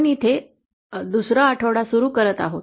आपण इथे दुसरा आठवडा सुरू करत आहोत